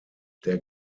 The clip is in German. der